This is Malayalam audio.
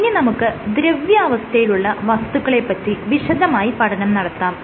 ഇനി നമുക്ക് ദ്രവ്യാവസ്ഥയിലുള്ള വസ്തുക്കളെ പറ്റി വിശദമായി പഠനം നടത്താം